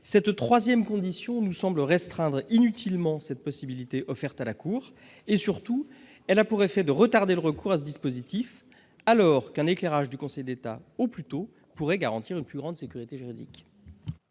Cette troisième condition nous semble restreindre inutilement la possibilité offerte à la CNDA. Surtout, elle a pour effet de retarder le recours à ce dispositif, alors que, apporté au plus tôt, un éclairage du Conseil d'État pourrait garantir une plus grande sécurité juridique.